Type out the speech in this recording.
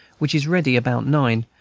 which is ready about nine,